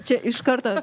čia iš karto